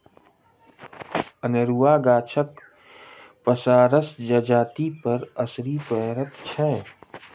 अनेरूआ गाछक पसारसँ जजातिपर असरि पड़ैत छै